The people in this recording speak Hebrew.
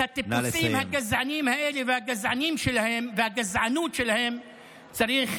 את הטיפוסים הגזעניים האלה והגזענות שלהם צריך